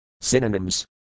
Synonyms